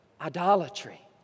idolatry